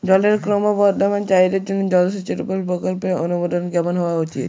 জলের ক্রমবর্ধমান চাহিদার জন্য জলসেচের উপর প্রকল্পের অনুমোদন কেমন হওয়া উচিৎ?